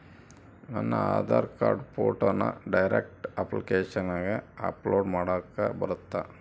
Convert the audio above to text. ನನ್ನ ಆಧಾರ್ ಕಾರ್ಡ್ ಫೋಟೋನ ಡೈರೆಕ್ಟ್ ಅಪ್ಲಿಕೇಶನಗ ಅಪ್ಲೋಡ್ ಮಾಡಾಕ ಬರುತ್ತಾ?